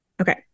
Okay